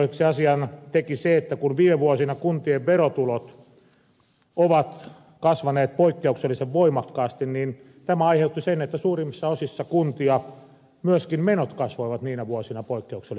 mielenkiintoiseksi asian teki se että kun viime vuosina kuntien verotulot ovat kasvaneet poikkeuksellisen voimakkaasti niin tämä aiheutti sen että suurimmassa osassa kuntia myöskin menot kasvoivat niinä vuosina poikkeuksellisen voimakkaasti